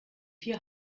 vier